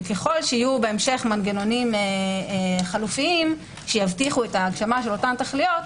ככל שיהיו בהמשך מנגנונים חלופיים שיבטיחו את ההגשמה של אותן תכליות,